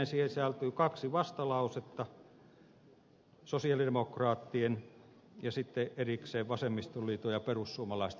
siihen sisältyy kaksi vastalausetta sosialidemokraattien ja sitten erikseen vasemmistoliiton ja perussuomalaisten yhteinen